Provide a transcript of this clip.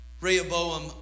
Rehoboam